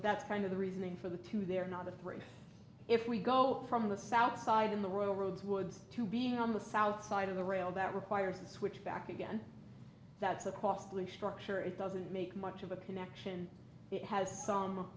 that's kind of the reasoning for the two they're not the three if we go from the south side in the roads woods to being on the south side of the rail that requires a switch back again that's a costly structure it doesn't make much of a connection it has some